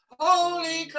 holy